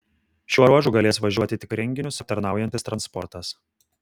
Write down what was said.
šiuo ruožu galės važiuoti tik renginius aptarnaujantis transportas